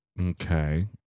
Okay